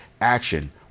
action